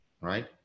right